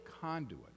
conduit